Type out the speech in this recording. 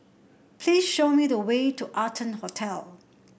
please show me the way to Arton Hotel